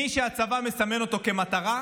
מי שהצבא מסמן אותו כמטרה,